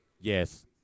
yes